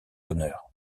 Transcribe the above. honneur